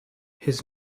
his